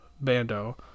Bando